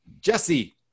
Jesse